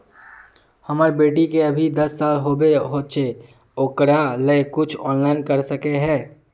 हमर बेटी के अभी दस साल होबे होचे ओकरा ले कुछ ऑनलाइन कर सके है?